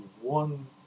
one